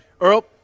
Earl